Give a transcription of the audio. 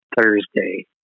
Thursday